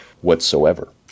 whatsoever